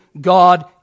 God